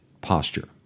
posture